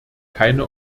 keine